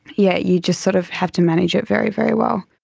yeah you just sort of have to manage it very, very well.